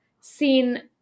seen